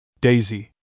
Daisy